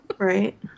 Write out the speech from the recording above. right